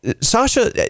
Sasha